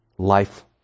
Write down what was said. Life